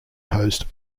host